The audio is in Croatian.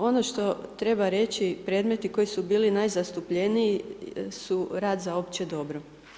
Ono što treba reći predmeti koji su bili najzastupljeniji su rad za opće dobro.